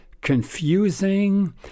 confusing